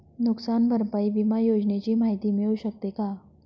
नुकसान भरपाई विमा योजनेची माहिती मिळू शकते का?